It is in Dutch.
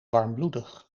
warmbloedig